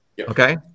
Okay